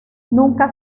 nunca